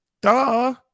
Duh